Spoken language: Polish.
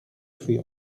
twój